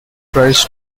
tries